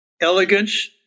elegance